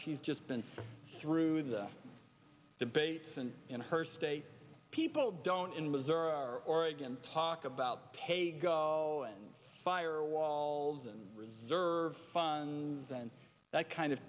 she's just been through the debates and in her state people don't in missouri are oregon talk about paygo and fire walls and reserve funds and that kind of